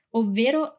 ovvero